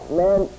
man